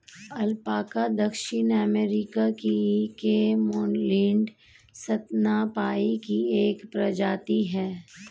alpaca दक्षिण अमेरिकी camelid स्तनपायी की एक प्रजाति है